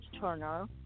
turner